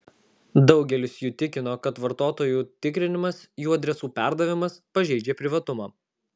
daugelis jų tikino kad vartotojų tikrinimas jų adresų perdavimas pažeidžia privatumą